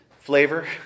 flavor